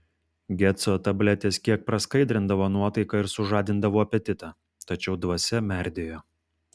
geco tabletės kiek praskaidrindavo nuotaiką ir sužadindavo apetitą tačiau dvasia merdėjo